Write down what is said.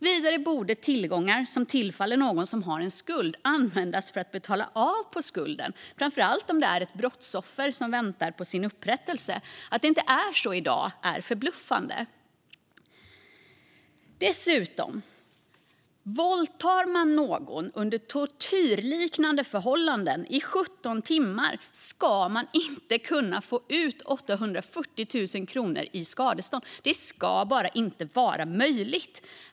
Vidare borde tillgångar som tillfaller någon som har en skuld användas för att betala av på skulden, framför allt om det finns ett brottsoffer som väntar på sin upprättelse. Att det inte är så i dag är förbluffande. Dessutom: Våldtar man någon under tortyrliknande förhållanden i 17 timmar ska man inte kunna få ut 840 000 kronor i skadestånd. Det ska bara inte vara möjligt.